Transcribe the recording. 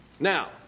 Now